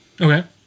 Okay